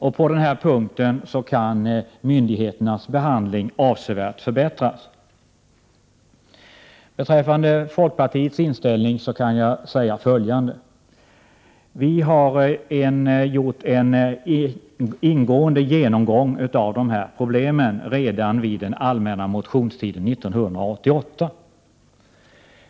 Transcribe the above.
På denna punkt kan myndigheternas behandling avsevärt förbättras, Beträffande folkpartiets inställning kan jag säga följande. Vi gjorde en ingående genomgång av problemen redan under den allmänna motionstiden 1988.